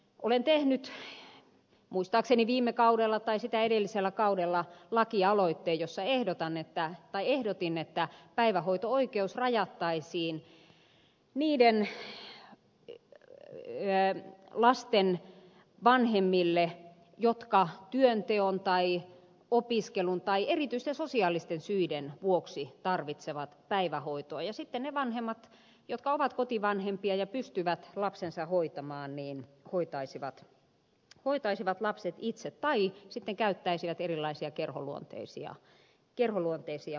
olen tehnyt muistaakseni viime kaudella tai sitä edellisellä kaudella lakialoitteen jossa ehdotin että päivähoito oikeus rajattaisiin niiden lasten vanhemmille jotka työnteon tai opiskelun tai erityisten sosiaalisten syiden vuoksi tarvitsevat päivähoitoa ja sitten ne vanhemmat jotka ovat kotivanhempia ja pystyvät lapsensa hoitamaan hoitaisivat lapset itse tai sitten käyttäisivät erilaisia kerholuonteisia palveluja